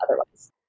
otherwise